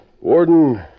Warden